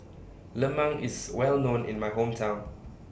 Lemang IS Well known in My Hometown